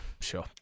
sure